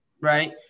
right